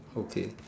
okay